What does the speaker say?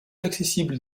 accessible